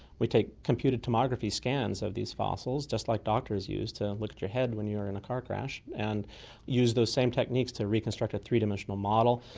we take computer tomography scans of these fossils, just like doctors use to and look at your head when you're in a car crash, and use those same techniques to reconstruct a three-dimensional model.